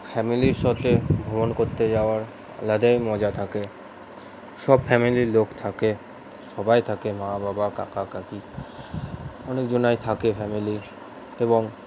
ফ্যামিলির সাথে ভ্রমণ করতে যাওয়ার আলাদাই মজা থাকে সব ফ্যামিলির লোক থাকে সবাই থাকে মা বাবা কাকা কাকি অনেকজনই থাকে ফ্যামিলির এবং